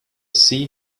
sea